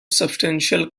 substantial